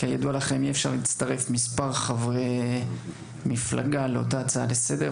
כידוע לכם אי אפשר להצטרף מספר חברי מפלגה לאותה הצעה לסדר,